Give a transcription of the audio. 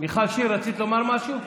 מיכל שיר, רצית לומר משהו?